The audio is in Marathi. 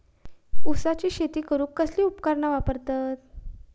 ऊसाची शेती करूक कसली उपकरणा वापरतत?